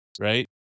right